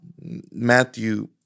Matthew